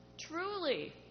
Truly